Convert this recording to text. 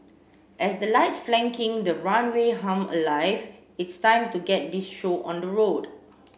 as the lights flanking the runway hum alive it's time to get this show on the road